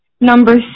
number